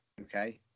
Okay